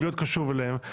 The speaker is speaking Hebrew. ועם זה אני מסכים איתך.